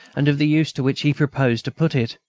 and of the use to which he proposed to put it.